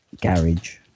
garage